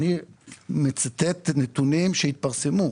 אני מצטט נתונים שהתפרסמו.